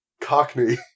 Cockney